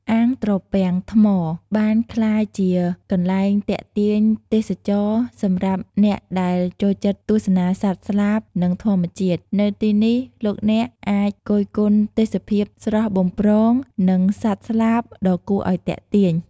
អាងត្រពាំងថ្មបានក្លាយជាកន្លែងទាក់ទាញទេសចរណ៍សម្រាប់អ្នកដែលចូលចិត្តទស្សនាសត្វស្លាបនិងធម្មជាតិ នៅទីនេះ លោកអ្នកអាចគយគន់ទេសភាពស្រស់បំព្រង និងសត្វស្លាបដ៏គួរឱ្យទាក់ទាញ។